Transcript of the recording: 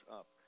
up